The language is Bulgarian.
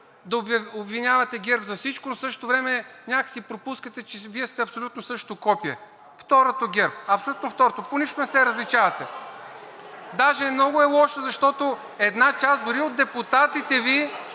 да обвинявате ГЕРБ за всичко, а в същото време някак си пропускате, че Вие сте абсолютно същото копие – второто ГЕРБ, абсолютно второто. По нищо не се различавате. (Реплики.) Даже е много лошо, защото една част дори от депутатите Ви